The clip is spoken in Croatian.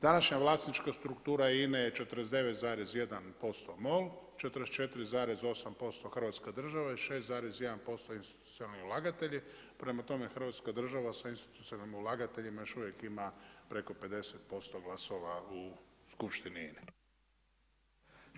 Današnja vlasnička struktura INA-e je 49,1% MOL, 44,8% Hrvatska država i 6,1% institucionalni ulagatelji, prema tome Hrvatska država sa institucionalnim ulagateljima još uvijek ima preko 50% glasova u Skupštini INA-e.